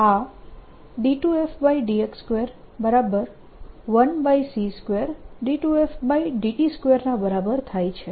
તો તે સાથે આ 2fx21c22ft2 ના બરાબર થાય છે